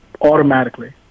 Automatically